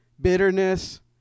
bitterness